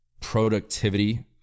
productivity